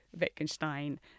Wittgenstein